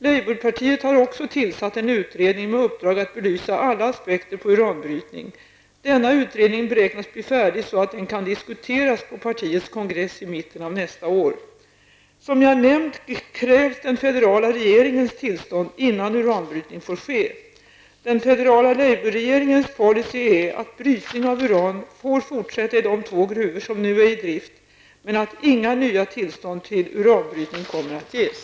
Labourpartiet har också tillsatt en utredning med uppdrag att belysa alla aspekter av uranbrytning. Denna utredning beräknas bli färdig så att den kan diskuteras på partiets kongress i mitten av nästa år. Som jag nämnt krävs den federala regeringens tillstånd innan uranbrytning får ske. Den federala labourregeringens policy är att brytning av uran får fortsätta i de två gruvor som nu är i drift men att inga nya tillstånd till uranbrytning kommer att ges.